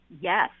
Yes